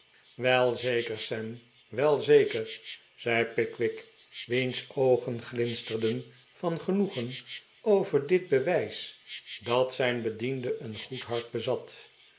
wei zeker sam wel zeker zei pickwick wiens oogen glinsterden van genoegen over dit bewijs dat zijn bediende een goed hart bezat